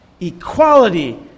equality